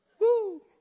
Woo